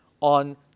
On